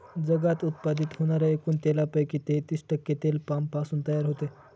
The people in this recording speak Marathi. जगात उत्पादित होणाऱ्या एकूण तेलापैकी तेहतीस टक्के तेल पामपासून तयार होते